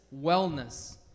wellness